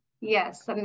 Yes